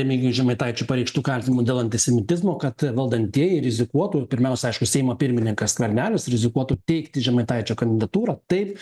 remigijui žemaitaičiui pareikštų kaltinimų dėl antisemitizmo kad valdantieji rizikuotų pirmiausia aišku seimo pirmininkas skvernelis rizikuotų teikti žemaitaičio kandidatūrą taip